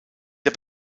der